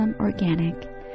organic